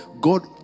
god